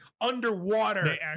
underwater